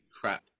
crap